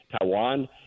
Taiwan